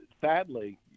sadly